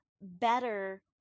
better